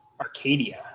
arcadia